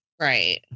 Right